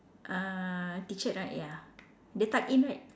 uh T shirt right ya dia tuck in right